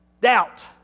Doubt